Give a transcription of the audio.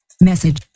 message